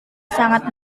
sangat